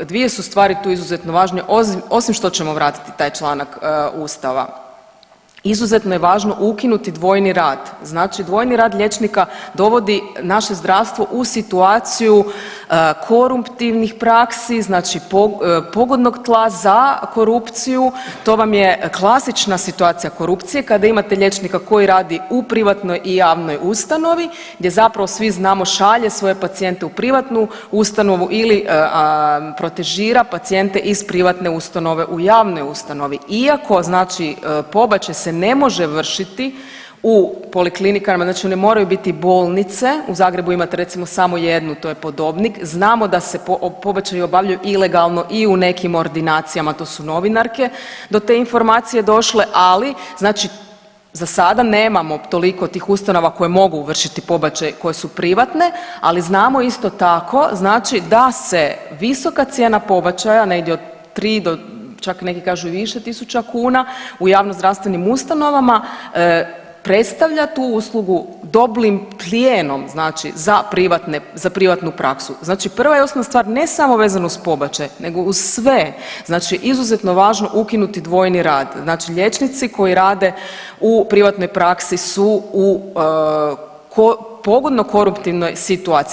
Dvije su stvari tu izuzetno važne, osim što ćemo vratiti taj članak ustava izuzetno je važno ukinuti dvojni rad, znači dvojni rad liječnika dovodi naše zdravstvo u situaciju koruptivnih praksi znači pogodnog tla za korupciju, to vam je klasična situacija korupcije kada imate liječnika koji radi u privatnoj i javnoj ustanovi gdje zapravo svi znamo šalje svoje pacijente u privatnu ustanovu ili protežira pacijente iz privatne ustanove u javnoj ustanovi iako znači pobačaj se ne može vršiti u poliklinikama, znači one moraju biti bolnice, u Zagrebu imate recimo samo jednu to je Podobnik, znamo da se pobačaji obavljaju ilegalno i u nekim ordinacijama, to su novinarke do te informacije došle, ali znači za sada nemamo toliko tih ustanova koje mogu vršiti pobačaj koje su privatne, ali znamo isto tako znači da se visoka cijena pobačaja negdje od 3 do čak neki kažu i više tisuća kuna u javnozdravstvenim ustanovama predstavlja tu uslugu dobrim plijenom znači za privatne, za privatnu praksu, znači prva i osnovna stvar ne samo vezano uz pobačaj nego uz sve znači izuzetno važno ukinuti dvojni rad, znači liječnici koji rade u privatnoj praksi su u pogodno koruptivnoj situaciji.